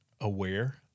aware